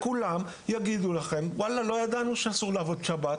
כולם יגידו לכם שהם לא ידעו שאסור לעבוד בשבת,